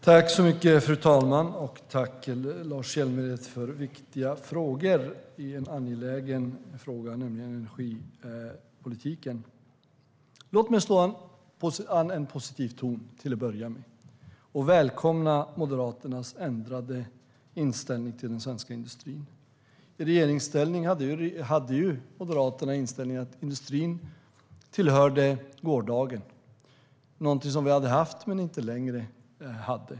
Fru talman! Tack, Lars Hjälmered, för viktiga frågor i en angelägen fråga, nämligen energipolitiken! Låt mig till att börja med slå an en positiv ton. Jag välkomnar Moderaternas ändrade inställning till den svenska industrin. I regeringsställning hade Moderaterna inställningen att industrin tillhörde gårdagen. Den var någonting som vi hade haft men inte längre hade.